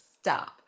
stop